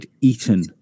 eaten